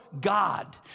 God